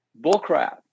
Bullcrap